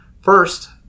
First